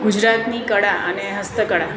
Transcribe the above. ગુજરાતની કળા અને હસ્તકળા